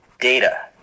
Data